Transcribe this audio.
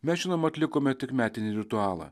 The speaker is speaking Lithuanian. mes žinoma atlikome tik metinį ritualą